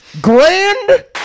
Grand